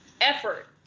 effort